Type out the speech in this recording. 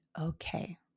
okay